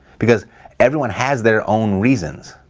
because everyone has their own reasons.